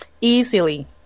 easily